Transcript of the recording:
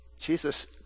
Jesus